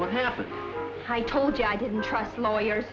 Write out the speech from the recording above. what happened i told you i didn't trust lawyers